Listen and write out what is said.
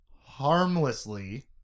Harmlessly